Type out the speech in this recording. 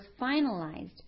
finalized